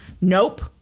nope